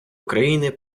україни